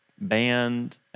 band